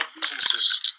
businesses